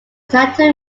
title